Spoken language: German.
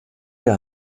der